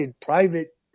private